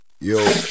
Yo